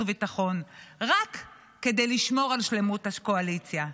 והביטחון רק כדי לשמור על שלמות הקואליציה.